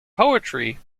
poetry